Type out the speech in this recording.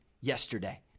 yesterday